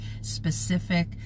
specific